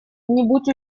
нибудь